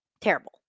Terrible